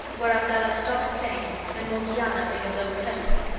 where abdallah stopped playing and morgiana made a low courtesy.